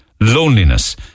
loneliness